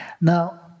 Now